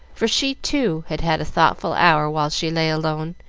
for she too had had a thoughtful hour while she lay alone,